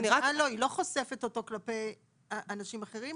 היא לא חושפת אותו כלפי אנשים אחרים,